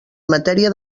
matèria